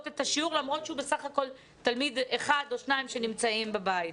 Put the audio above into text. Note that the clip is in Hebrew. את השיעור למרות שהוא בסך הכול תלמיד אחד או שניים שנמצאים בבית.